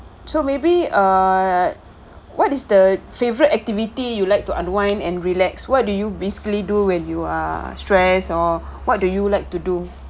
so maybe err what is the favorite activity you like to unwind and relax what do you basically do when you are stress or what do you like to do